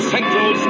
Central